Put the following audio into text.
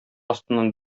астыннан